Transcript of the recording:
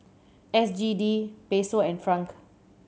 S G D Peso and Franc